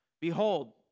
behold